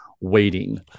waiting